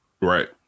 Right